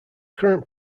current